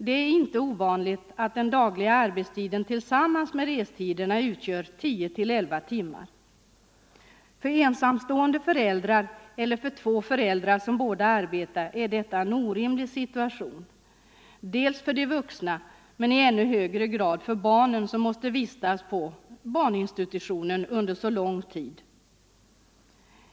Det är inte ovanligt att den dagliga arbetstiden tillsammans med resorna utgör 10-11 timmar. För ensamstående förälder eller för två föräldrar som båda arbetar är detta en orimlig situation — dels för de vuxna, dels och i ännu högre grad för barnen, som måste vistas på barninstitutionen under så lång tid.